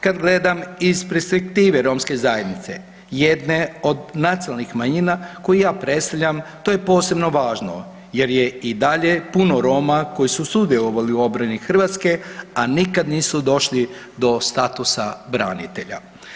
Kad gledam iz perspektive Romske zajednice jedne od nacionalnih manjina koju ja predstavljam to je posebno važno jer je i dalje puno Roma koji su sudjelovali u obrani Hrvatske, a nikad nisu došli do statusa branitelja.